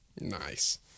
Nice